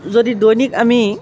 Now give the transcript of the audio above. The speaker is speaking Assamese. যদি দৈনিক আমি